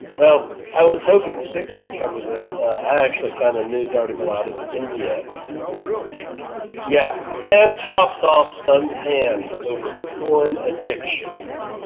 well i was hoping six would cover this i actually found a news article out of india oh really yeah, man chops off son's hand over porn addiction